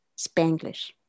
Spanglish